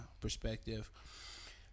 perspective